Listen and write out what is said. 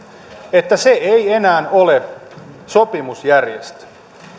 että se ei enää ole sopimusjärjestö